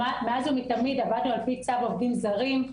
מאז ומתמיד עבדנו על פי צו עובדים זרים,